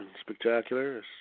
spectacular